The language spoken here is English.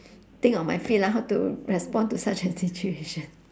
think on my feet lah how to respond to such a situation